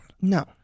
No